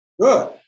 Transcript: good